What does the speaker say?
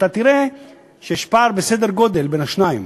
אתה תראה שיש פער בסדר גודל בין השניים.